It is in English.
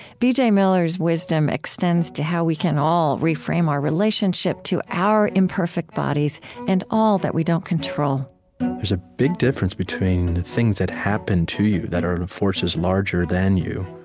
b j. miller's wisdom extends to how we can all reframe our relationship to our imperfect bodies and all that we don't control there's a big difference between things that happen to you, that are forces larger than you.